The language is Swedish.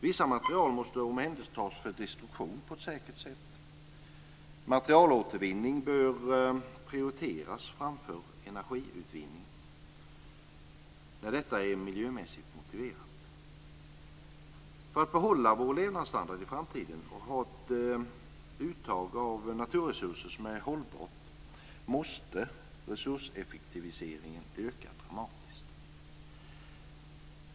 Vissa material måste omhändertas för destruktion på ett säkert sätt. Materialåtervinning bör prioriteras framför energiutvinning när detta är miljömässigt motiverat. För att behålla vår levnadsstandard i framtiden och ha ett uttag av naturresurser som är hållbart, måste resurseffektiviseringen öka dramatiskt.